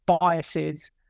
biases